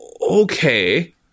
Okay